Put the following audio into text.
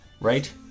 Right